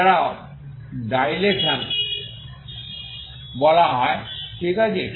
এছাড়াও ডাইলেশন বলা হয় ঠিক আছে